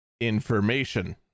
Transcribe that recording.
information